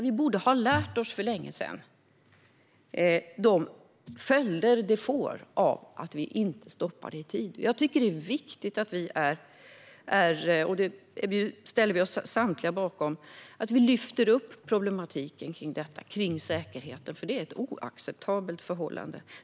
Vi borde för länge sedan ha lärt oss vilka följder det får om vi inte stoppar detta i tid. Jag tycker att det är viktigt, vilket samtliga i KU ställer sig bakom, att problematiken lyfts upp när det gäller säkerheten. Detta är ett oacceptabelt förhållande.